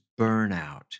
burnout